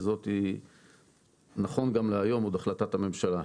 שזה נכון להיום עוד החלטת הממשלה.